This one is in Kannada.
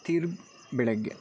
ತಿರ್ಗ ಬೆಳಗ್ಗೆ